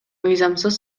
мыйзамсыз